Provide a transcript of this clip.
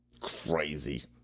crazy